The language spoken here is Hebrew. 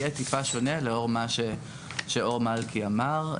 יהיה טיפה שונה לאור מה שאור מלכי אמר,